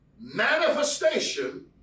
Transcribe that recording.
manifestation